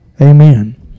amen